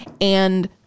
and-